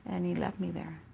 and he left me there.